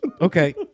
okay